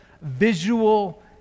visual